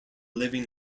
living